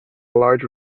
large